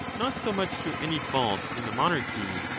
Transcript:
not so much through any fault in the monarchy,